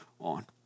on